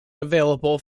available